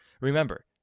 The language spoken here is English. Remember